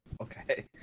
Okay